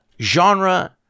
genre